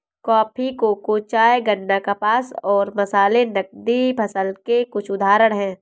coffee, cocoa, चाय, गन्ना, कपास और मसाले नकदी फसल के कुछ उदाहरण हैं